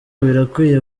birakwiye